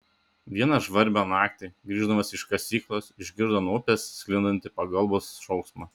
vieną žvarbią naktį grįždamas iš kasyklos išgirdo nuo upės sklindantį pagalbos šauksmą